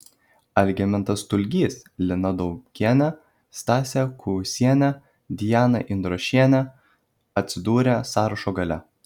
algimantas stulgys lina domkienė stasė kuusienė diana indriošienė atsidūrė sąrašo gale